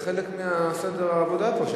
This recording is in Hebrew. זה חלק מסדר העבודה פה,